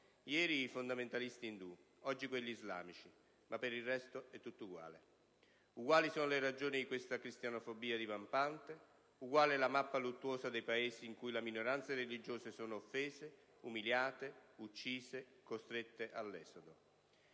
ieri i fondamentalisti indù, oggi quelli islamici, ma per il resto è tutto uguale. Uguali sono le ragioni di questa cristianofobia divampante, uguale è la mappa luttuosa dei Paesi in cui le minoranze religiose sono offese, umiliate, uccise, costrette all'esodo.